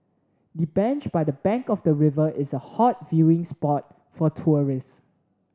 the bench by the bank of the river is a hot viewing spot for tourists